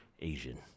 asian